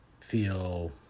feel